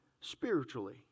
spiritually